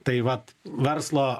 tai vat verslo